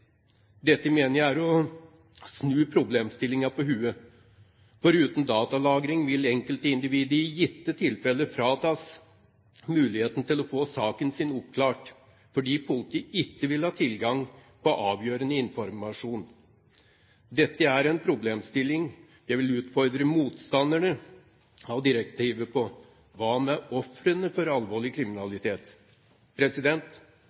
Dette mener jeg er å snu problemstillingen på hodet. For uten datalagring vil enkeltindividet i gitte tilfeller fratas muligheten til å få saken sin oppklart, fordi politiet ikke vil ha tilgang på avgjørende informasjon. Dette er en problemstilling jeg vil utfordre motstanderne av direktivet på: Hva med ofrene for alvorlig